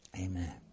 Amen